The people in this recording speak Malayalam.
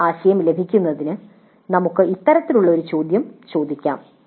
ആ ആശയം ലഭിക്കുന്നതിന് നമുക്ക് ഇത്തരത്തിലുള്ള ഒരു ചോദ്യം ചോദിക്കാം